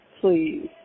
please